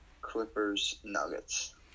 Clippers-Nuggets